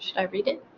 i read it?